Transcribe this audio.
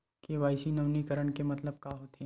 KYC नवीनीकरण के मतलब का होथे?